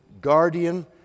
guardian